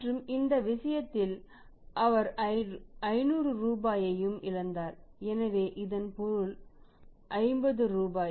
மற்றும் இந்த விஷயத்தில் அவர் 500 ரூபாயையும் இழந்தார் எனவே இதன் பொருள் 50 ரூபாய்